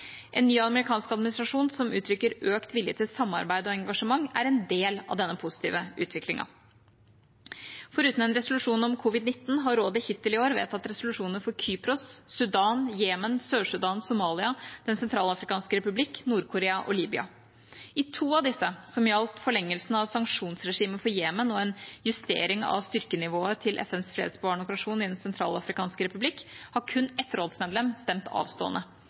En ny amerikansk administrasjon, som uttrykker økt vilje til samarbeid og engasjement, er en del av denne positive utviklingen. Foruten en resolusjon om covid-19 har rådet hittil i år vedtatt resolusjoner for Kypros, Sudan, Jemen, Sør-Sudan, Somalia, Den sentralafrikanske republikk, Nord-Korea og Libya. I to av disse, som gjaldt forlengelsen av sanksjonsregimet for Jemen og en justering av styrkenivået til FNs fredsbevarende operasjon i Den sentralafrikanske republikk, har kun ett rådsmedlem stemt avstående.